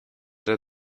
der